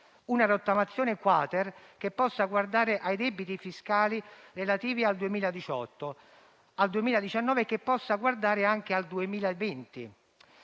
Una rottamazione *quater* che possa guardare ai debiti fiscali relativi al 2018-2019 e che possa guardare anche al 2020.